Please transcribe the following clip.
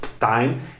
Time